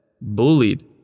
bullied